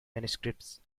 manuscripts